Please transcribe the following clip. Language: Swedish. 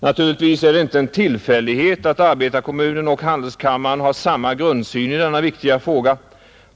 Naturligtvis är det inte en tillfällighet att arbetarkommunen och Handelskammaren har samma grundsyn i denna viktiga fråga.